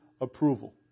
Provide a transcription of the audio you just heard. approval